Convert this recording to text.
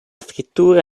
scrittura